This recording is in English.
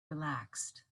relaxed